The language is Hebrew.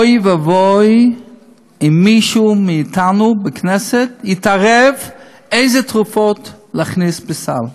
אוי ואבוי אם מישהו מאתנו בכנסת יתערב איזה תרופות להכניס לסל.